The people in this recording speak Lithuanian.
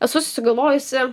esu susigalvojusi